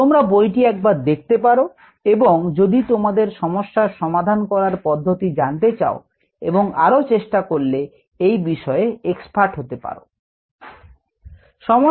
তোমরা বইটি একবার দেখতে পারো এবং যদি তোমাদের সমস্যার সমাধান করার পদ্ধতি জানতে চাও এবং আরো চেষ্টা করলে এই বিষয়ে এক্সপার্ট হতে পারো